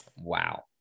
wow